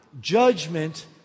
judgment